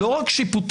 לא רק שיפוטיים.